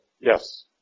Yes